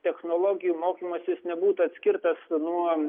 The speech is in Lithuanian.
technologijų mokymasis nebūtų atskirtas nuo